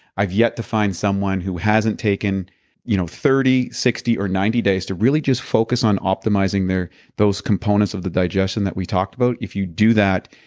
i've yet to find someone who hasn't taken you know thirty, sixty, or ninety days to really just focus on optimizing those components of the digestion that we talked about. if you do that,